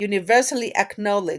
universally acknowledged,